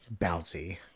Bouncy